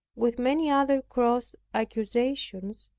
with many other gross accusations,